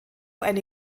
eine